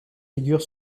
figure